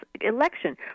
election